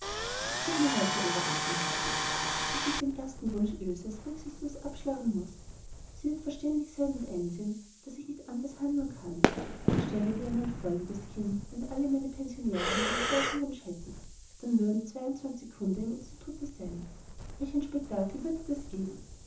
es thut mir leid herr oberamtmann sagte sie daß ich den ersten wunsch ilses rücksichtslos abschlagen muß sie wird verständig sein und einsehen daß ich nicht anders handeln kann stelle dir einmal vor liebes kind wenn alle meine pensionärinnen den gleichen wunsch hätten dann würden zweiundzwanzig hunde im institute sein welch ein spektakel würde das geben